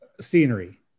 scenery